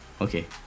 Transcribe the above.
Okay